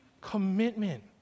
commitment